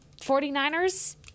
49ers